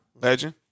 legend